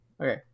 Okay